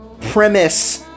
premise